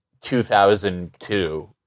2002